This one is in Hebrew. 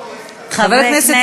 חברי הכנסת,